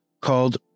called